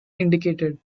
indicated